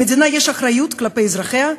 למדינה יש אחריות כלפי אזרחיה,